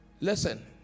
Listen